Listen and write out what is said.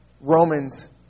Romans